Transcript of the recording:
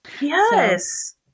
Yes